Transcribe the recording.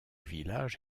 village